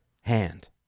hand